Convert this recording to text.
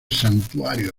santuario